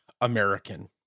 American